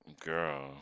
Girl